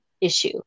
issue